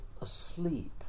asleep